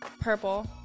Purple